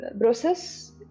process